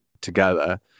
together